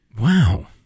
Wow